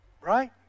Right